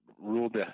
ruled